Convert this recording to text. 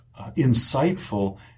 insightful